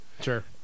Sure